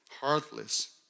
Heartless